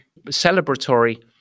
celebratory